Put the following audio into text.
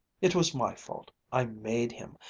it was my fault. i made him,